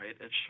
right